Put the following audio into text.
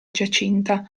giacinta